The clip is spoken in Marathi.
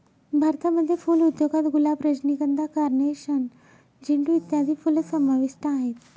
भारतामध्ये फुल उद्योगात गुलाब, रजनीगंधा, कार्नेशन, झेंडू इत्यादी फुलं समाविष्ट आहेत